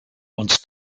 uns